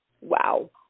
Wow